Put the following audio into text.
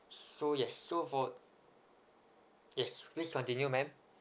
so yes so for yes please continue mam